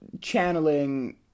Channeling